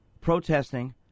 protesting